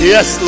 Yes